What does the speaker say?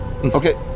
Okay